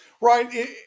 Right